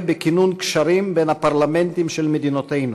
בכינון קשרים בין הפרלמנטים של מדינותינו,